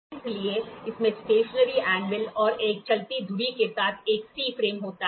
इसलिए इसमें stationary anvil और एक चलती धुरी के साथ एक सी फ्रेम होता है